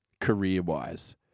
career-wise